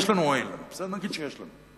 נגיד שיש לנו.